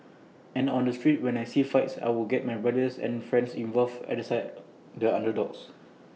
and on the street when I see fights I would get my brothers and friends involved at the side the underdogs